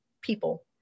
people